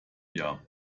jahr